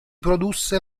produsse